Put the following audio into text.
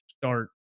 start